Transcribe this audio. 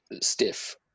stiff